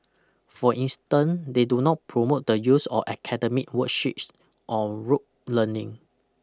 for instance they do not promote the use of academic worksheets or rote learning